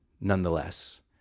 nonetheless